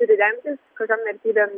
turi remtis kokiom vertybėm